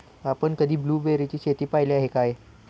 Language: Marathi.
आपण कधी ब्लुबेरीची शेतं पाहीली आहेत काय?